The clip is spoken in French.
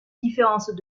différences